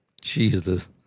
Jesus